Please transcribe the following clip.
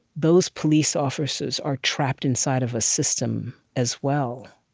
those police officers are trapped inside of a system, as well.